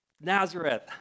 Nazareth